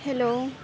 hello